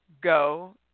Go